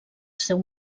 seu